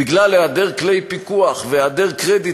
בגלל היעדר כלי פיקוח והיעדר קרדיט